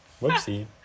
Whoopsie